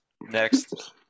Next